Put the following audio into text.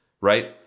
right